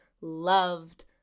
loved